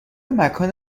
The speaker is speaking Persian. مکان